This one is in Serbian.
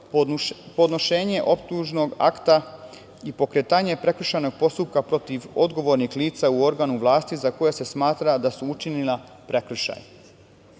podnošenje optužnog akta i pokretanje prekršajnog postupka protiv odgovornih lica u organu vlasti za koje se smatra da su učinili prekršaj.O